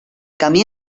camí